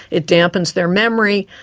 it dampens their memory,